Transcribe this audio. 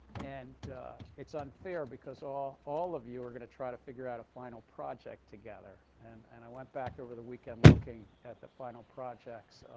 and it's unfair, because all all of you are going to try to figure out a final project together. and and i went back over the weekend looking at the final projects.